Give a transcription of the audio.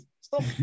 Stop